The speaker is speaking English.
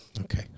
Okay